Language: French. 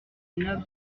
nobles